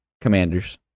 Commanders